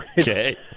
Okay